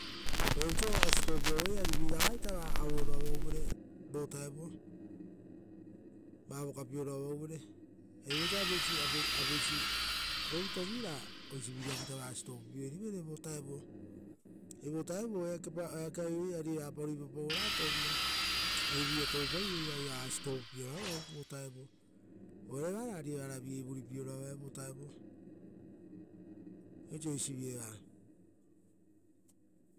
Viapa oisio vao gotoavaie ari viraga va vokapieoro avauvere vovutao, ari vosa apeisi goruto vi ra oisiviriavuita va gotopierivere vovataoia. Uvare vo vutao, eake aiovi ari evapa ruipapauera touvira. Ari vi-ia toupaivoi ra va gotopieobo avau vovutaoia. Uvare evara ari evara vigei vuripieoro avae vo vutaoia. Oisio eisi vi eva tavipa.